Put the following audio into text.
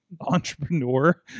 entrepreneur